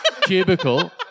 cubicle